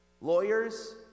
Lawyers